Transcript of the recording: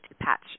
Patch